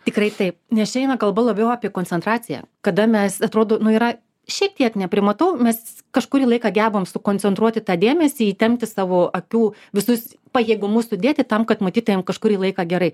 tikrai taip nes čia eina kalba labiau apie koncentraciją kada mes atrodo nu yra šiek tiek neprimatau mes kažkurį laiką gebam sukoncentruoti tą dėmesį įtempti savo akių visus pajėgumus sudėti tam kad matytumėm kažkurį laiką gerai